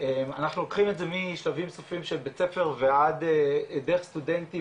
אנחנו לוקחים את זה משלבים סופיים של בית ספר דרך סטודנטים